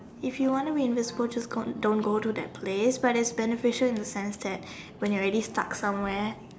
if you want be invisible just go don't go to that place but its beneficial in the sense that when you're already stuck somewhere